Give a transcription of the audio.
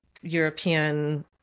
European